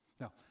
Now